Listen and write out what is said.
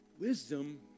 Wisdom